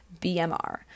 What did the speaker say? BMR